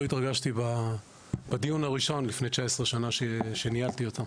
התרגשתי בדיון הראשון לפני 19 שנה שניהלתי אותו,